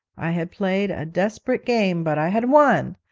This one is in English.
i had played a desperate game but i had won!